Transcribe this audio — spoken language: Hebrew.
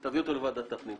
תעביר אותו לוועדת הפנים.